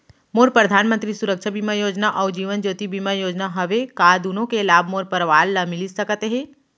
मोर परधानमंतरी सुरक्षा बीमा योजना अऊ जीवन ज्योति बीमा योजना हवे, का दूनो के लाभ मोर परवार ल मिलिस सकत हे?